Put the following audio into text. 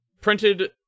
printed